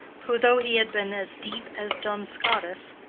who, though he had been as deep as duns scotus,